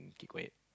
keep quiet